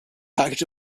package